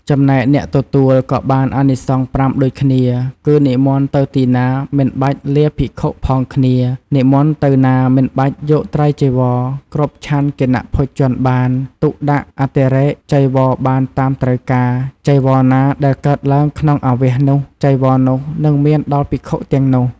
ចំណែកអ្នកទទួលក៏បានអានិសង្ស៥ដូចគ្នាគឺ និមន្តទៅទីណាមិនបាច់លាភិក្ខុផងគ្នា និមន្តទៅណាមិនបាច់យកត្រៃចីវរគ្រប់ ឆាន់គណភោជនបាន ទុកដាក់អតិរេកចីវរបានតាមត្រូវការ ចីវរណាដែលកើតឡើងក្នុងអាវាសនោះ ចីវរនោះនឹងមានដល់ភិក្ខុទាំងនោះ។